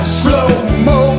slow-mo